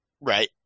Right